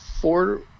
four